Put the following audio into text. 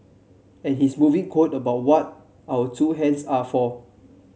and his moving quote about what our two hands are for